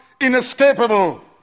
inescapable